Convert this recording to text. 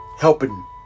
Helping